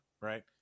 right